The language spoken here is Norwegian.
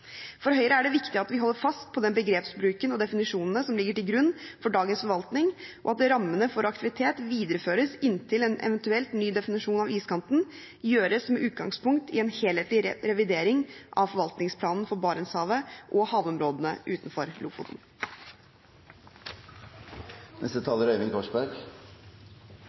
For Høyre er det viktig at vi holder fast på den begrepsbruken og de definisjonene som ligger til grunn for dagens forvaltning, og at rammene for aktivitet videreføres inntil en eventuelt ny definisjon av iskanten gjøres med utgangspunkt i en helhetlig revidering av forvaltningsplanen for Barentshavet og havområdene utenfor